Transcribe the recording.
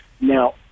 Now